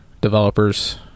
developers